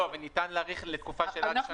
אבל ניתן להאריך לתקופה של עד שנה?